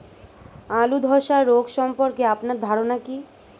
আলু ধ্বসা রোগ সম্পর্কে আপনার ধারনা কী?